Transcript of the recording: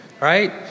right